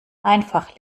einfach